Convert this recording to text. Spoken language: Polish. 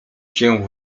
się